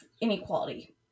inequality